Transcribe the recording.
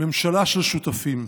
ממשלה של שותפים.